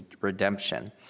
redemption